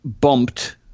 bumped